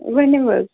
ؤنِو حظ